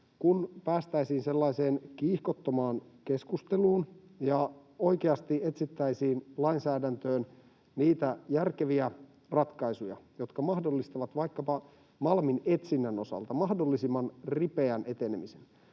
kun päästäisiin sellaiseen kiihkottomaan keskusteluun ja oikeasti etsittäisiin lainsäädäntöön niitä järkeviä ratkaisuja, jotka mahdollistavat vaikkapa malmin etsinnän osalta mahdollisimman ripeän etenemisen,